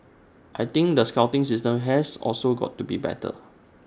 I think the scouting system has also got to be better